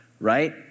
right